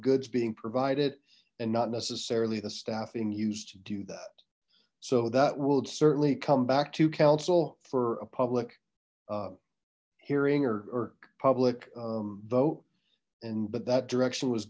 goods being provided and not necessarily the staffing used to do that so that will certainly come back to council for a public hearing or public vote and but that direction was